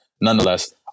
Nonetheless